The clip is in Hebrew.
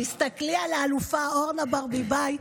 תסתכלי על האלופה אורנה ברביבאי.